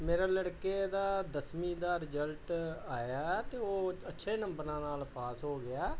ਮੇਰੇ ਲੜਕੇ ਦਾ ਦੱਸਵੀਂ ਦਾ ਰਿਜਲਟ ਆਇਆ ਅਤੇ ਉਹ ਅੱਛੇ ਨੰਬਰਾਂ ਨਾਲ ਪਾਸ ਹੋ ਗਿਆ